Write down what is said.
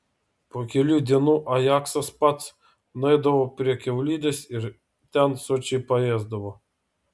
po kelių dienų ajaksas pats nueidavo prie kiaulidės ir ten sočiai paėsdavo